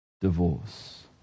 divorce